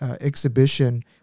Exhibition